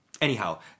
Anyhow